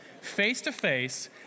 face-to-face